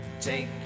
Take